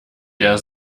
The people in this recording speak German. der